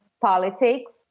politics